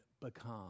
become